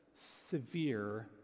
severe